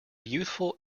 youthful